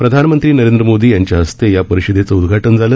प्रधानमंत्री नरेंद्र मोदी यांच्याहस्ते या परिषदेचं उद्घाटन झालं